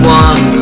one